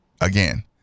Again